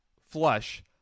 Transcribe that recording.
flush